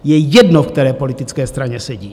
Je jedno, v které politické straně sedí.